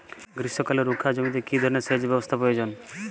গ্রীষ্মকালে রুখা জমিতে কি ধরনের সেচ ব্যবস্থা প্রয়োজন?